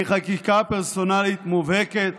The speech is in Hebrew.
היא חקיקה פרסונלית מובהקת.